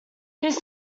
his